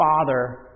Father